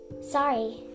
Sorry